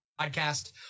podcast